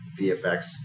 VFX